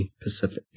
Pacific